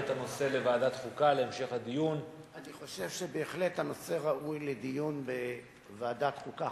אני חושב שבהחלט הנושא ראוי לדיון בוועדת חוקה,